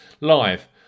live